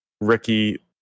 Ricky